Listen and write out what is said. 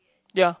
ya